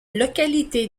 localité